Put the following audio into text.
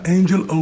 Angel